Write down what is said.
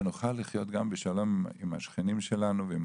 שנוכל לחיות גם בשלום עם השכנים שלנו ועם